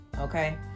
Okay